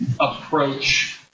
approach